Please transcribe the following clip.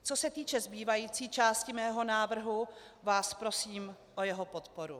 Co se týče zbývající části mého návrhu, prosím vás o jeho podporu.